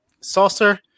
Saucer